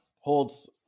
holds